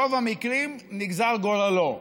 ברוב המקרים נגזר גורלו,